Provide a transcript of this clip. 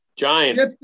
Giants